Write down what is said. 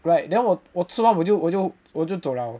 like then 我吃完我就我就我就走了